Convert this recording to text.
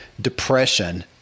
depression